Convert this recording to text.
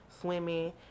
swimming